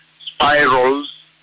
spirals